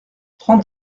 trente